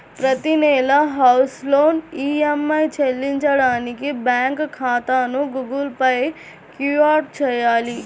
ప్రతి నెలా house loan EMI చెల్లించడానికి బ్యాంకు ఖాతాను గుగుల్ పే కు యాడ్ చేయాలి